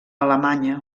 alemanya